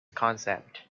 concept